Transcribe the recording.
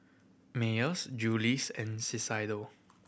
Mayers Julie's and